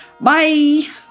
Bye